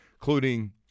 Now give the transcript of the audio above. including